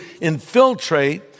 infiltrate